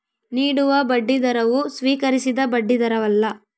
ನೀಡುವ ಬಡ್ಡಿದರವು ಸ್ವೀಕರಿಸಿದ ಬಡ್ಡಿದರವಲ್ಲ